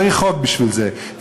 צריך חוק בשביל זה,